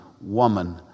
woman